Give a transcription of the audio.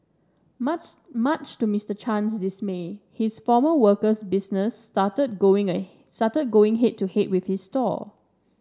much much to Mister Chen's dismay his former worker's business started going started going head to head with his stall